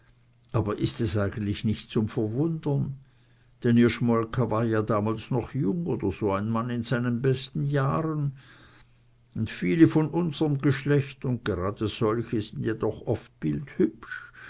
aber ist es nicht eigentlich zum verwundern denn ihr schmolke war ja damals noch jung oder so ein mann in seinen besten jahren und viele von unserem geschlecht und gerade solche sind ja doch oft bildhübsch